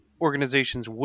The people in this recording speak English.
organizations